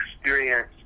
experience